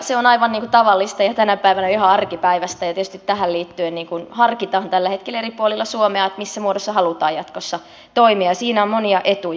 se on aivan tavallista ja tänä päivänä ihan arkipäiväistä ja tietysti tähän liittyen harkitaan tällä hetkellä eri puolilla suomea missä muodossa halutaan jatkossa toimia ja siinä on monia etuja